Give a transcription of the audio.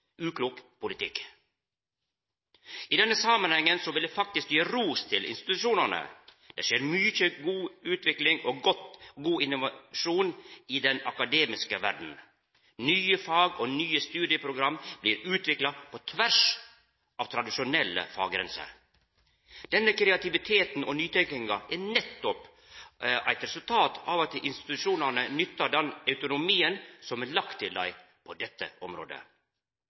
uklok politikk. I denne samanhengen vil eg faktisk gje ros til institusjonane. Det skjer mykje god utvikling og innovasjon i den akademiske verda. Nye fag og nye studieprogram blir utvikla på tvers av tradisjonelle faggrenser. Denne kreativiteten og nytenkinga er nettopp eit resultat av at institusjonane nyttar den autonomien som er lagd til dei på dette området.